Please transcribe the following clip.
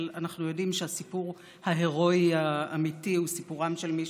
אבל אנחנו יודעים שהסיפור ההירואי האמיתי הוא סיפורם של מי